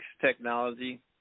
technology